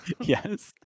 Yes